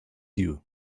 you